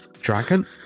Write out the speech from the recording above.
dragon